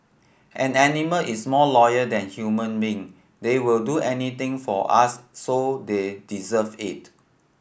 an animal is more loyal than human being they will do anything for us so they deserve it